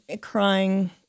crying